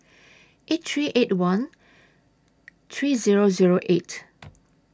eight three eight one three Zero Zero eight